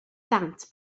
ddant